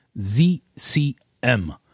z-c-m